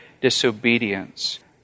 disobedience